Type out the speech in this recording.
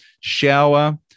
shower